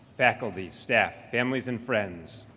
faculty, staff, families and friends,